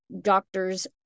doctor's